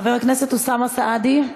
חבר הכנסת אוסאמה סעדי,